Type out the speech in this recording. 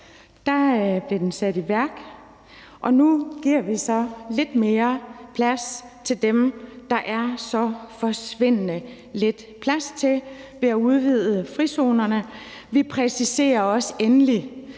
det blev sat i værk, og nu giver vi så lidt mere plads til dem, der er så forsvindende lidt plads til, ved at udvide frizonerne, og vi præciserer også endeligt